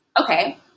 Okay